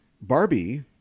Barbie